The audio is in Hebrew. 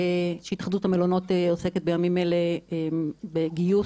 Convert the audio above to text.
שהתאחדות המלונות עוסקת בימים אלה בגיוס